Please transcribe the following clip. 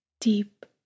deep